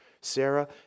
Sarah